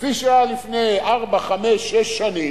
כפי שהיה לפני ארבע, חמש, שש שנים,